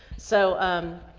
so, um,